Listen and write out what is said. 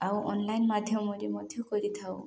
ଆଉ ଅନଲାଇନ୍ ମାଧ୍ୟମରେ ମଧ୍ୟ କରିଥାଉ